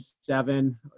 Seven